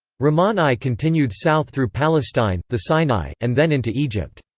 rahman i continued south through palestine, the sinai, and then into egypt.